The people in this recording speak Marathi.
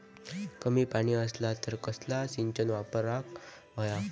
कमी पाणी असला तर कसला सिंचन वापराक होया?